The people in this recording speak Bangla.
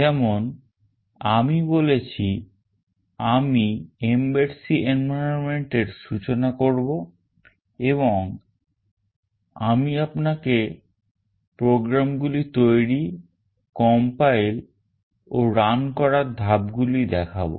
যেমন আমি বলেছি আমি mbed C environment এর সূচনা করব এবং আমি আপনাকে program গুলি তৈরি compile ও run করার ধাপ গুলি দেখাবো